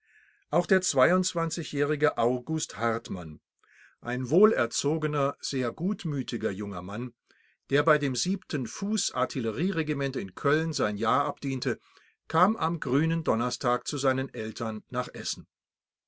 auch der jährige august hartmann ein wohlerzogener sehr gutmütiger junger mann der bei dem fuß artillerie regiment in köln sein jahr abdiente kam am grünen donnerstag zu seinen eltern nach essen